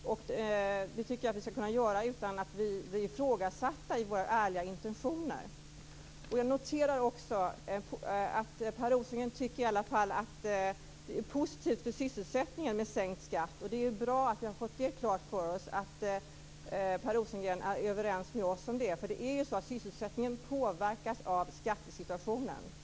Det skall vi kunna göra utan att bli ifrågasatta i våra ärliga intentioner. Jag noterar att Per Rosengren tycker att det är positivt för sysselsättningen med sänkt skatt. Det är bra att vi har fått klart för oss att Per Rosengren är överens med oss om den saken. Sysselsättningen påverkas ju av skattesituationen.